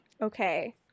Okay